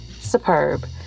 superb